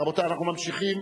רבותי, אנחנו ממשיכים.